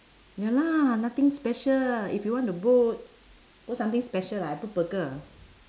ya lah nothing special if you want to put put something special lah I put burger